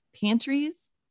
pantries